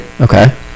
Okay